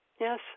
Yes